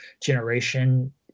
generation